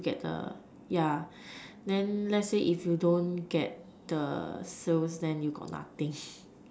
to get the ya then let's say if don't get the sales then you got nothing